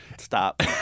Stop